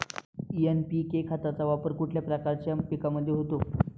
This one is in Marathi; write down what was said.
एन.पी.के खताचा वापर कुठल्या प्रकारच्या पिकांमध्ये होतो?